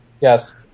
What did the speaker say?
Yes